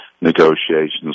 negotiations